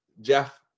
Jeff